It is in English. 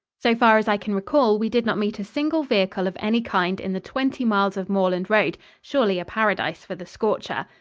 so far as i can recall, we did not meet a single vehicle of any kind in the twenty miles of moorland road surely a paradise for the scorcher.